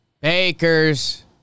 bakers